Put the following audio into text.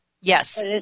Yes